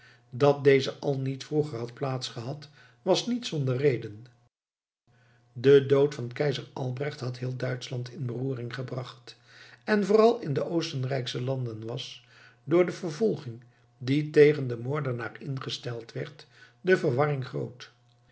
dat deze al niet vroeger had plaats gehad was niet zonder reden de dood van keizer albrecht had heel duitschland in beroering gebracht en vooral in de oostenrijksche landen was door de vervolging die tegen den moordenaar ingesteld werd de verwarring groot